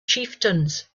chieftains